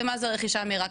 ומזה זה רכישה מהירה,